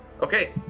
Okay